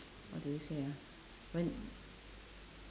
how do you say ah when